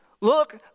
Look